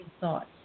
thoughts